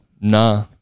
Nah